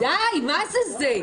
די, מה זה?